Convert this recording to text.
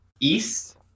east